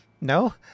No